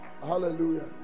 Hallelujah